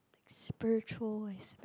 spiritual aspects